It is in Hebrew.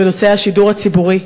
בנושא השידור הציבורי.